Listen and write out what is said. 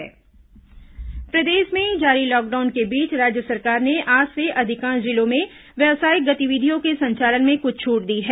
मुख्यमंत्री अपील प्रदेश में जारी लॉकडाउन के बीच राज्य सरकार ने आज से अधिकांश जिलों में व्यावसायिक गतिविधियों के संचालन में कुछ छूट दी है